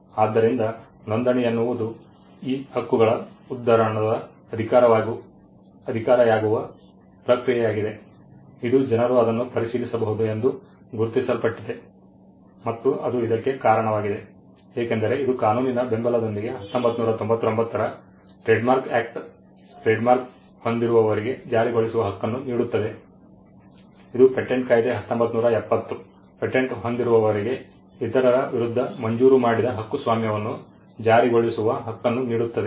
ಆದ್ದರಿಂದ ನೋಂದಣಿ ಎನ್ನುವುದು ಈ ಹಕ್ಕುಗಳು ಉದ್ಧರಣದ ಅಧಿಕಾರಿಯಾಗುವ ಪ್ರಕ್ರಿಯೆಯಾಗಿದೆ ಇದು ಜನರು ಅದನ್ನು ಪರಿಶೀಲಿಸಬಹುದು ಎಂದು ಗುರುತಿಸಲ್ಪಟ್ಟಿದೆ ಮತ್ತು ಅದು ಇದಕ್ಕೆ ಕಾರಣವಾಗಿದೆ ಏಕೆಂದರೆ ಇದು ಕಾನೂನಿನ ಬೆಂಬಲದೊಂದಿಗೆ 1999 ರ ಟ್ರೇಡ್ಮಾರ್ಕ್ ಆಕ್ಟ್ ಟ್ರೇಡ್ಮಾರ್ಕ್ ಹೊಂದಿರುವವರಿಗೆ ಜಾರಿಗೊಳಿಸುವ ಹಕ್ಕನ್ನು ನೀಡುತ್ತದೆ ಇದು ಪೇಟೆಂಟ್ ಕಾಯ್ದೆ 1970 ಪೇಟೆಂಟ್ ಹೊಂದಿರುವವರಿಗೆ ಇತರರ ವಿರುದ್ಧ ಮಂಜೂರು ಮಾಡಿದ ಹಕ್ಕುಸ್ವಾಮ್ಯವನ್ನು ಜಾರಿಗೊಳಿಸುವ ಹಕ್ಕನ್ನು ನೀಡುತ್ತದೆ